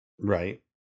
Right